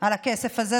על הכסף הזה,